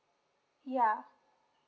ya